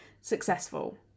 successful